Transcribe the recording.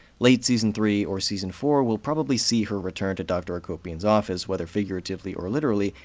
late season three or season four will probably see her return to dr. akopian's office, whether figuratively or literally,